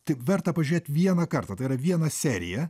tik verta pažiūrėti vieną kartą tai yra vieną seriją